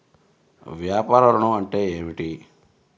వ్యాపార ఋణం అంటే ఏమిటి?